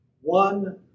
one